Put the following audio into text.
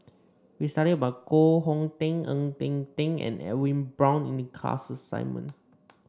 we studied about Koh Hong Teng Ng Eng Teng and Edwin Brown in the class assignment